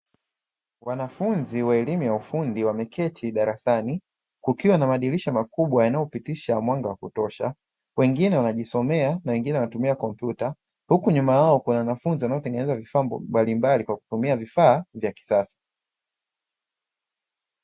Wanafunzi wa elimu ya ufundi wameketi darasani, kukiwa na madirisha makubwa yanayopitisha mwanga wa kutosha. Wengine wanajisomea na wengine wanatumia kompyuta, huku nyuma yao kuna wanafunzi wanaotengeneza vifaa mbalimbali kwa kutumia vifaa vya kisasa.